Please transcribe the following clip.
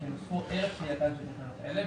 כנוסחו ערב תחילתן של תקנות אלה,